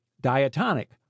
diatonic